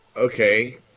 Okay